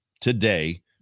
today